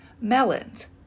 melons